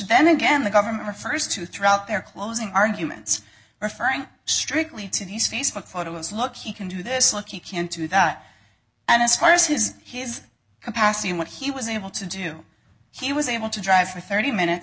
then again the government refers to throughout their closing arguments referring strictly to these facebook photos look he can do this look you can't do that and as far as his his capacity and what he was able to do he was able to drive for thirty minutes